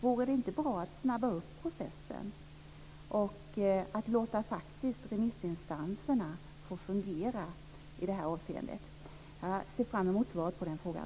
Vore det inte bra att snabba på processen och att faktiskt låta remissinstanserna få fungera i detta avseende? Jag ser fram emot svaret på den frågan.